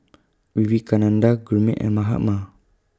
Vivekananda Gurmeet and Mahatma